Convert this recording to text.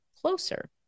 closer